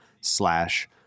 slash